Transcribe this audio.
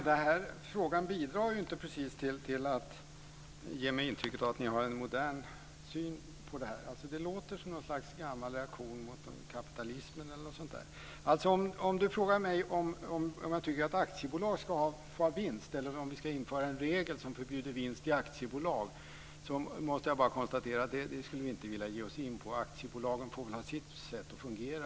Herr talman! Frågan bidrar inte till att ge mig intrycket att ni har en modern syn på detta. Det låter som någon slags gammal reaktion mot kapitalismen. Om Lennart Gustavsson frågar mig om jag tycker att aktiebolag ska få ha vinst eller om vi ska införa en regel som förbjuder vinst i aktiebolag måste jag konstatera att det är något vi inte skulle vilja ge oss in på. Aktiebolagen får ha sitt sätt att fungera.